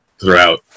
throughout